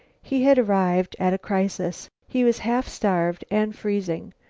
he had arrived at a crisis. he was half starved and freezing.